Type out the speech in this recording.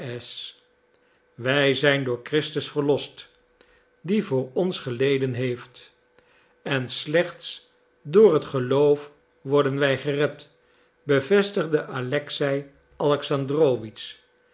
wij zijn door christus verlost die voor ons geleden heeft en slechts door het geloof worden wij gered bevestigde alexei alexandrowitsch